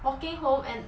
walking home and